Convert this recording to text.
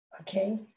okay